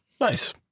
Nice